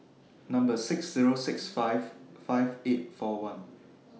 Number six Zero six five five eight four one